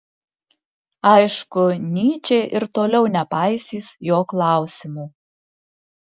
aišku nyčė ir toliau nepaisys jo klausimų